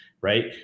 right